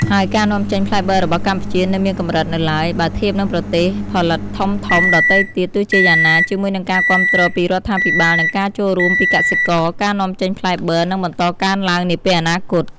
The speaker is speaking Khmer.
ហើយការនាំចេញផ្លែបឺររបស់កម្ពុជានៅមានកម្រិតនៅឡើយ បើធៀបនឹងប្រទេសផលិតធំៗដទៃទៀត ទោះជាយ៉ាងណា ជាមួយនឹងការគាំទ្រពីរដ្ឋាភិបាល និងការចូលរួមពីកសិករ ការនាំចេញផ្លែបឺរនឹងបន្តកើនឡើងនាពេលអនាគត។